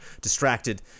distracted